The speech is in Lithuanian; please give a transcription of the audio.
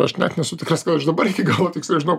aš net nesu tikras kad aš dabar iki galo tiksliai žinau